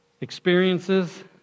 experiences